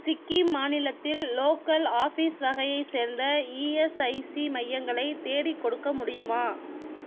சிக்கிம் மாநிலத்தில் local office வகையைச் சேர்ந்த இஎஸ்ஐசி மையங்களை தேடிக்கொடுக்க முடியுமா